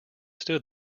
stood